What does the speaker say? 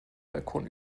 balkon